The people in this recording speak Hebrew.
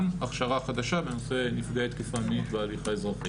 הכשרה חדשה בנושא נפגע תקיפה מינית בהליך האזרחי,